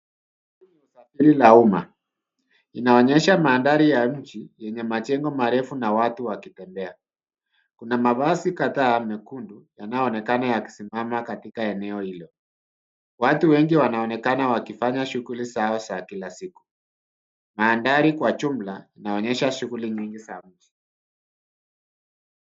Usafiri la umma inaonyesha mandhari ya nchi yenye majengo marefu na watu wakitembea. Kuna mabasi kadhaa mekundu yanaonekana yakisimama katika eneo hilo. Watu wengi wanaonekana wakifanya shughuli zao za kila siku. Mandhari kwa jumla inaonyesha shughuli nyingi za mji.